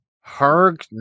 Harg